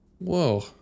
Whoa